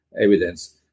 evidence